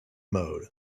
mode